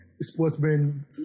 sportsmen